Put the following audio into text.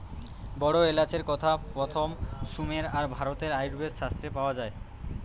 বড় এলাচের কথা প্রথম সুমের আর ভারতের আয়ুর্বেদ শাস্ত্রে পাওয়া যায়